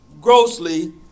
grossly